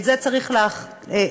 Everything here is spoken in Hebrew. את זה צריך לשפר.